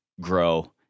Grow